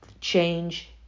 change